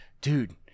dude